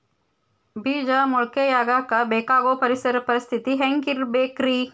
ಬೇಜ ಮೊಳಕೆಯಾಗಕ ಬೇಕಾಗೋ ಪರಿಸರ ಪರಿಸ್ಥಿತಿ ಹ್ಯಾಂಗಿರಬೇಕರೇ?